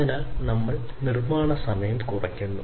അതിനാൽ നിർമ്മാണ സമയം കുറയുന്നു